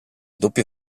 doppio